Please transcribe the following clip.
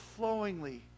overflowingly